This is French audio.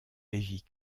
lévy